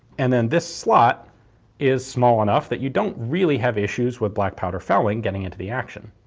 and then this slot is small enough that you don't really have issues with black powder fouling getting into the action.